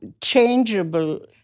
changeable